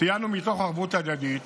סייענו מתוך ערבות הדדית